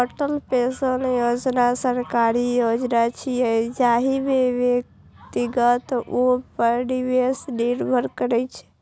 Atal pension योजना सरकारी योजना छियै, जाहि मे व्यक्तिक उम्र पर निवेश निर्भर करै छै